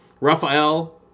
Raphael